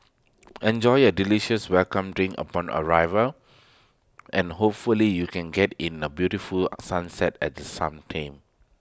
enjoy A delicious welcome drink upon arrival and hopefully you can get in the beautiful sunset at the same time